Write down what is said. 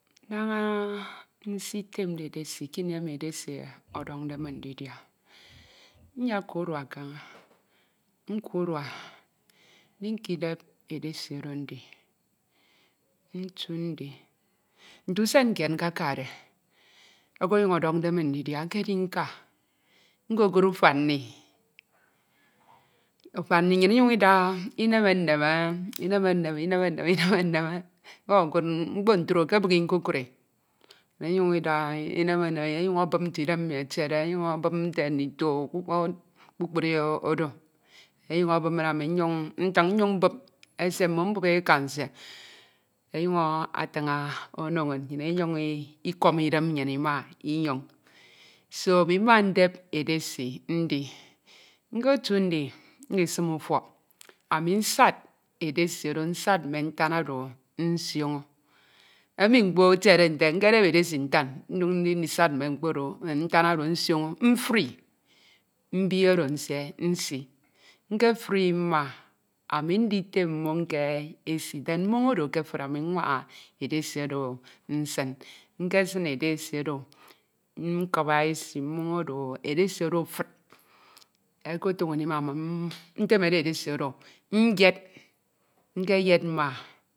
Naña nsitemde edesi kini emi edesi ọdọñde min ndidia. Nyeka udua, ndikidep edesi oro ndi, ntu ndi, nte usen kied nkekadde, nkekud ufan mi, ufan mmi nnyin inyuñ ida ineme nneme, ineme nneme, ineme ineme, ineme nneme, ñkọ omokud mkpo ntro ke ebihi nkokud e, inyuñ ida ineme nneme. Enye ọnyuñ ebup nte idem mmi etiede, ebup ndito, ọ kpukpru oro, enyuñ ebup min ami nyuñ ntiñ, nyuñ mbup esie mmo, mbup eka nsie enyuñ atiñ ono inñ nnyin inyuñ ikọm idem nnyin ima, inyoño, so, ami mmandep edesi ndi, nkotu ndi, ndisim ufọk, ami nsad edesi oro, nsad mme ntan oro nsioño, emi mkpo etiede nte nkedep edesi ntan nyoñ ndi ndisad mme ntan oro nsioño, mfuri mbi oro nsie nsi, nkefri mma, ami nditem mmoñ ke esi den mmoñ oro ekefid, ami nwaña edesi oro nsin, nkesin edesi oro, mkibi esi mmoñ oro, edesi oro efid okotoño ndimamum, ntemede edesi oro nyed, nkeyed mma, kini emi ami nyede edesi oro mma, nkenyem ndinam edesi ma mmoñ nsie, ma mmoñ nsie, nketem mma, ami ndi ndinam mmoñ nsie, mmoñ nsie oro, nda ndek iyak mmen nda ntem. Ndek iyak oro, nnyin ikudd ke ebi nnyin ọbuọd. Kini emi nnamde, ndiọñde ọbuọd oro mma, ami ntem ufip mmoñ nsin mbak, nyed udọd nsie oro mma nsi, ami ndimen e ndin nsin mmoñ ntem e, nsin inuñ, nsin ntuen, ntem e, edọñọ idem den ami ndisin ndi ata mmoñ mfen, ami ndisin ndin ata mmoñ efen k'daha udime mmoñ emi ami nyemde. Mma ntim ọbu mmi mma ndikọrọde ọbu mmi nsin, ntem e, enye asad. Nsin akpri akpri adin mbak otudo ọkpuhọre isi nsie akpri akpri ọnyuñ anam e eyie, nketem e mma, ntemede mmoñ edesi mmi nnim, ndikọp edesi oro nsin ke usan, nkọp mmoñ oro nsin isi mmen mmo nsin ke nainai mmi mmen ifim mmi nsuhọre ntietie, nsuhọre ntietie nkọp edesi mmi ndia, ndia e mfanmfan nte enemde min nte okonyuñ ọdọñde min ndia e mma, nki mmoñ mmi ñwoñ, ntañ usan mmi nka nkebin. Mmadia e mfan mfan siak, nte okonyuñ ọdọñde min, ntro ke nkadia e, ndia e mma, nsuhọde, nyem akpri mmin, mbid mbid mmmin, nyem akpri akpri mbid mbid mmoñ mmen nda mbid idem mmi mma, nsuhọre ndin nkanana kaña nduọk odudu.